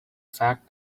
fact